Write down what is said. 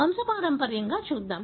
వంశపారంపర్యంగా చూద్దాం